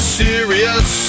serious